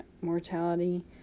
mortality